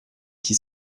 qui